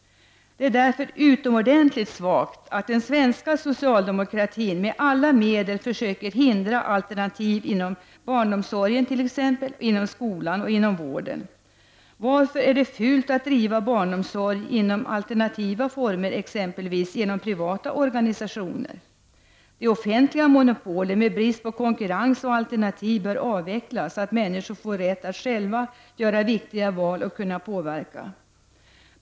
Det är därför utomordentligt svagt att den svenska socialdemokratin med alla medel försöker hindra alternativ, t.ex. inom barnomsorgen, skolan och vården. Varför är det fult att driva barnomsorg inom alternativa former, exempelvis genom privata organisationer? De offentliga monopolen med brist på konkurrens och alternativ bör avvecklas så att människor får rätt att själva göra viktiga val och kunna påverka.